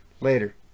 Later